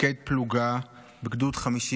מפקד פלוגה בגדוד 51